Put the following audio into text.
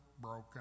broken